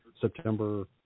September